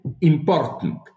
important